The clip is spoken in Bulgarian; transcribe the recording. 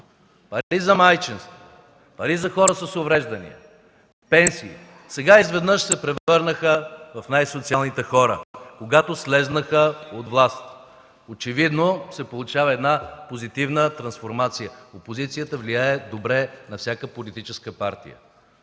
пари за майчинство, пари за хора с увреждания, пенсии, сега изведнъж се превърнаха в най-социалните хора, когато слязоха от власт. Очевидно се получава една позитивна трансформация. Опозицията влияе добре на всяка политическа партия.